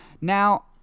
now